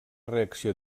reacció